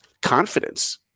confidence